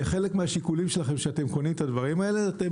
וחלק מהשיקולים שלכם כשאתם קונים את הדברים האלה אתם